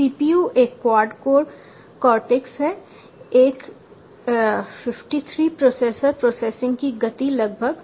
CPU एक quad core cortex है एक 53 प्रोसेसर प्रोसेसिंग की गति लगभग